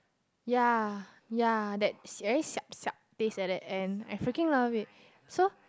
ya ya that si~ very siap siap taste like that and I freaking love it so